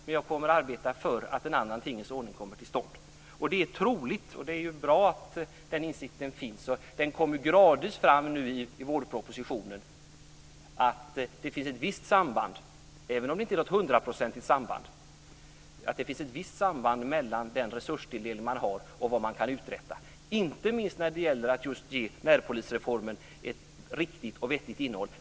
Men jag kommer att arbeta för att en annan tingens ordning kommer till stånd. Det är troligt att det finns ett visst samband, även om det inte är något hundraprocentigt samband, mellan den resurstilldelning man har och vad man kan uträtta. Det är bra att den insikten finns, och den kommer gradvis fram nu i vårpropositionen. Det är inte minst fallet när det gäller att ge närpolisreformen ett riktigt och vettigt innehåll.